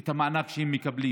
את המענק שהם מקבלים.